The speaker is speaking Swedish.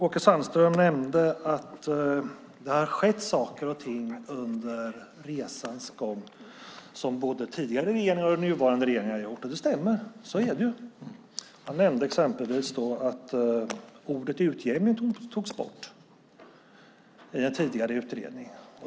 Åke Sandström nämnde att det har skett saker och ting under resans gång från både tidigare regeringar och nuvarande regering. Det stämmer. Så är det. Han nämnde exempelvis att ordet utjämning togs bort i en tidigare utredning.